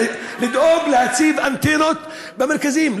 לדאוג להציב אנטנות במרכזים,